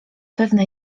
pewne